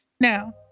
Now